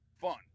fun